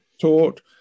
taught